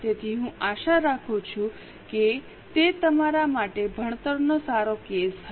તેથી હું આશા રાખું છું કે તે તમારા માટે ભણતરનો સારો કેસ હતો